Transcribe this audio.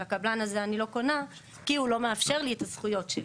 הקבלן הזה אני לא קונה כי הוא לא מאפשר לי את הזכויות שלי.